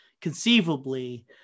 conceivably